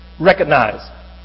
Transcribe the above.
Recognize